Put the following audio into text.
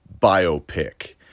biopic